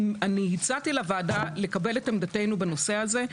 אני הצעתי לוועדה לקבל את עמדתנו בנושא הזה,